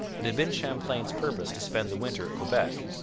it had been champlain's purpose to spend the winter at quebec,